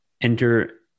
enter